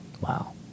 Wow